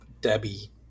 Debbie